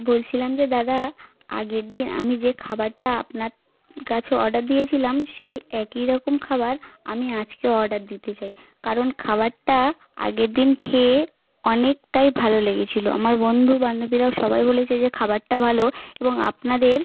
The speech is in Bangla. বলছিলাম যে দাদা আগের দিন আমি যে খাবারটা আপনার কাছে অর্ডার দিয়েছিলাম সেই একই রকম খাবার আমি আজকেও অর্ডার দিতে চাই কারণ খাবারটা আগের দিন খেয়ে অনেকটাই ভালো লেগেছিলো আমার বন্ধু বান্ধবীরাও সবাই বলেছে যে খাবারটা ভালো এবং আপনাদের